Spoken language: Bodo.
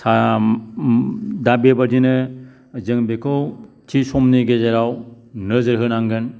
दा बेबादिनो जों बेखौ थि समनि गेजेराव नोजोर होनांगोन